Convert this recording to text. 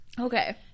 okay